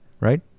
right